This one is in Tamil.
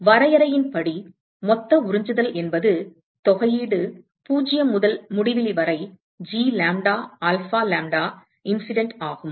எனவே வரையறையின்படி மொத்த உறிஞ்சுதல் என்பது தொகையீடு 0 முதல் முடிவிலி வரை G lambda alpha lambda incident ஆகும்